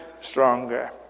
stronger